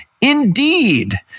indeed